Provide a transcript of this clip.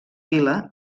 vila